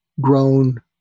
Grown